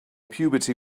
puberty